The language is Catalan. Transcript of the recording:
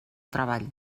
treball